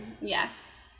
Yes